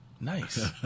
Nice